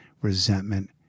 resentment